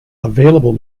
available